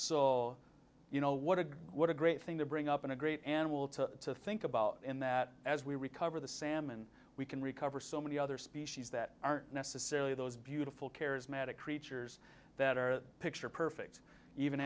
all you know what to do what a great thing to bring up and a great animal to think about and that as we recover the salmon we can recover so many other species that aren't necessarily those beautiful charismatic creatures that are picture perfect even